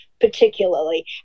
particularly